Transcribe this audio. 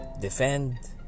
defend